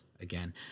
again